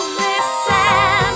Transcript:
listen